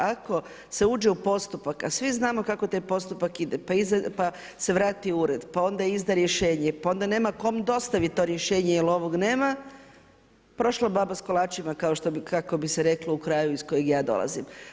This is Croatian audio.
Ako se uđu u postupak, a svi znamo kako taj postupak ide, pa se vrati ured, pa onda izda rješenje, pa onda nema kom dostaviti to rješenje jer ovog nema, prošla baba s kolačima kako bi se reklo u kraju iz kojeg ja dolazim.